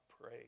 pray